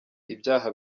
ibyaha